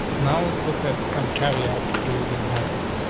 now, let's look at some caveats to the inherited.